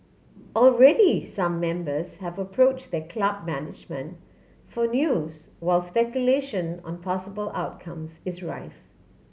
already some members have approached their club management for news while speculation on possible outcomes is rife